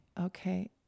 okay